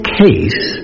case